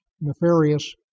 nefarious